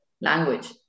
language